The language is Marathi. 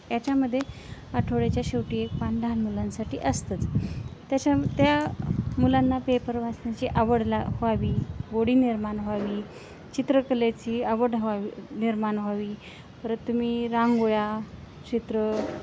याच्यामध्ये आठवड्याच्या शेवटी एक पान लहान मुलांसाठी असतंच त्याच्या त्या मुलांना पेपर वाचण्याची आवड ला व्हावी गोडी निर्माण व्हावी चित्रकलेची आवड व्हावी निर्माण व्हावी परत तुम्ही रांगोळ्या चित्र